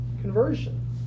conversion